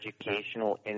educational